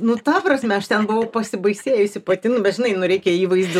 nu ta prasme aš ten buvau pasibaisėjusi pati nu bet žinai nu reikia įvaizdį